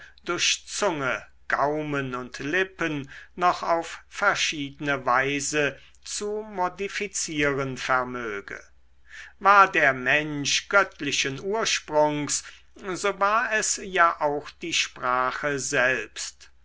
durch zunge gaumen und lippen noch auf verschiedene weise zu modifizieren vermöge war der mensch göttlichen ursprungs so war es ja auch die sprache selbst